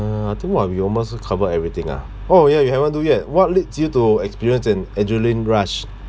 uh I think !wah! we almost cover everything ah oh ya we haven't do yet what leads you to experience an adrenaline rush